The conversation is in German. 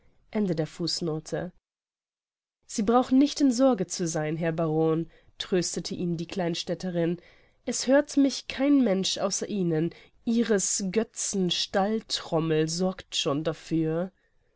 sie brauchen nicht in sorge zu sein herr baron tröstete ihn die kleinstädterin es hört mich kein mensch außer ihnen ihres götzen stalltrommel sorgt schon dafür